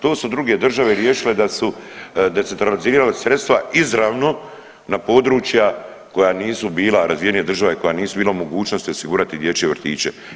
To su druge države riješile da su, da su decentralizirali sredstva izravno na područja koja nisu bila, razvijenije države koja nisu bila u mogućnosti osigurati dječje vrtiće.